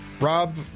Rob